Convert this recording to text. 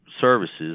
services